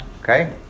Okay